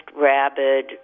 rabid